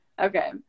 okay